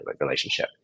relationship